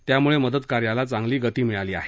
त्याम्ळे मदत कार्याला चांगली गती मिळाली आहे